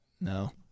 no